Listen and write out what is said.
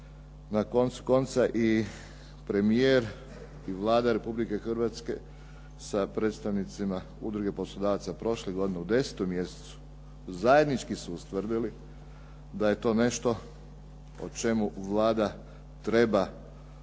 Na koncu konca i premijer i Vlada Republike Hrvatske sa predstavnicima Udruge poslodavaca prošle godine u 10. mjesecu zajednički su ustvrdili da je to nešto o čemu Vlada treba